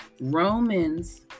Romans